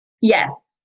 Yes